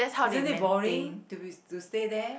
isn't it boring to be to stay there